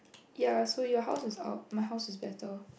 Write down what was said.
ya so your house is out my house is better